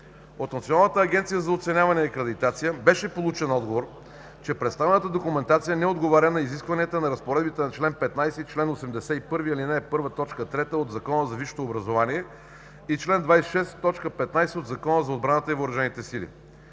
От Националната агенция за оценяване и акредитация беше получен отговор, че представената документация не отговаря на изискванията на разпоредбите на чл. 15 и чл. 81, ал. 1, т. 3 от Закона за висшето образование, и чл. 26, т. 15 от Закона за отбраната и въоръжените сили.